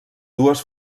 dues